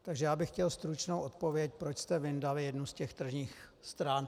Takže já bych chtěl stručnou odpověď, proč jste vyndali jednu z těch tržních stran.